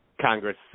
Congress